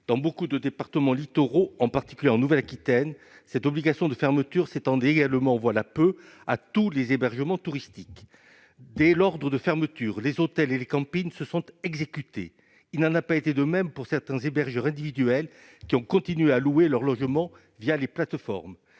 Dans nombre de départements littoraux, en particulier en Nouvelle-Aquitaine, cette obligation de fermeture s'étendait voilà peu à tous les hébergements touristiques. Dès l'ordre de fermeture, hôtels et campings se sont exécutés. Il n'en a pas été de même pour certains hébergeurs individuels, qui ont continué à louer par l'intermédiaire des plateformes.